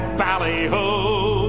ballyhoo